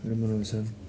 हरू मनाउँछन्